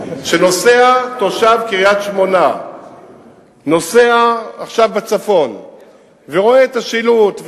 כשתושב קריית-שמונה נוסע עכשיו בצפון ורואה את השילוט,